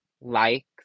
likes